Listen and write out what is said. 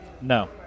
No